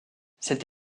cette